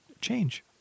change